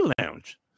lounge